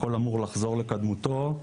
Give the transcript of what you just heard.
הכול אמור לחזור לקדמותו,